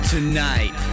Tonight